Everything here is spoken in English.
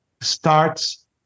starts